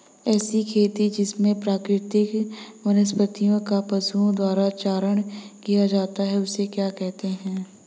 ऐसी खेती जिसमें प्राकृतिक वनस्पति का पशुओं द्वारा चारण किया जाता है उसे क्या कहते हैं?